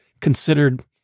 considered